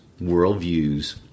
worldviews